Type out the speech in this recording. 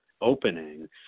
opening